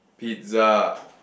pizza